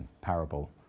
parable